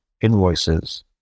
invoices